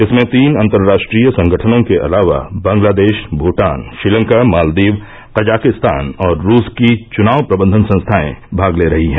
इसमें तीन अन्तर्राष्ट्रीय संगठनों के अलावा बंगलादेश भूटान श्रीलंका मालदीव कजाकिस्तान और रूस की चुनाव प्रबंधन संस्थाएं भाग ले रही हैं